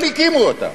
אבל הקימו אותה,